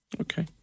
Okay